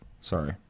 Sorry